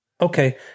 Okay